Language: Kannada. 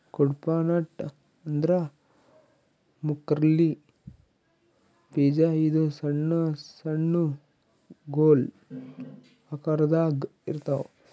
ಕುಡ್ಪಾ ನಟ್ ಅಂದ್ರ ಮುರ್ಕಳ್ಳಿ ಬೀಜ ಇದು ಸಣ್ಣ್ ಸಣ್ಣು ಗೊಲ್ ಆಕರದಾಗ್ ಇರ್ತವ್